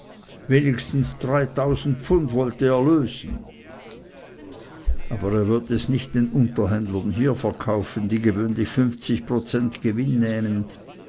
wenigstens dreitausend pfund wollte er lösen aber er würde es nicht den unterhändlern hier verkaufen die gewöhnlich fünfzig prozent gewinn nähmten